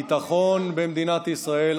ביטחון במדינת ישראל,